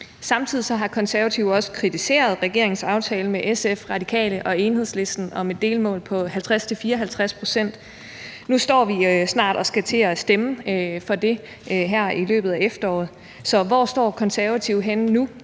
Samtidig har Konservative også kritiseret regeringens aftale med SF, Radikale og Enhedslisten om et delmål på 50-54 pct. Nu står vi snart og skal til at stemme om det her i løbet af efteråret, så hvor står Konservative henne nu?